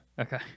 okay